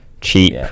cheap